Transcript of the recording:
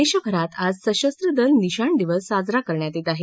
देशभरात आज सशस्त्र दल निशाण दिवस साजरा करण्यात येत आहे